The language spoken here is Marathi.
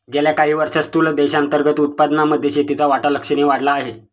गेल्या काही वर्षांत स्थूल देशांतर्गत उत्पादनामध्ये शेतीचा वाटा लक्षणीय वाढला आहे